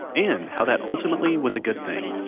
and how that ultimately was a good thing,